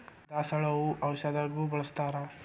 ದಾಸಾಳ ಹೂ ಔಷಧಗು ಬಳ್ಸತಾರ